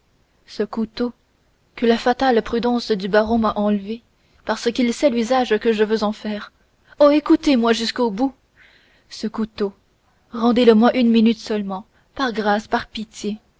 ce couteau que la fatale prudence du baron m'a enlevé parce qu'il sait l'usage que j'en veux faire oh écoutez-moi jusqu'au bout ce couteau rendez-le moi une minute seulement par grâce par pitié